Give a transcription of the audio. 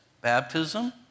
baptism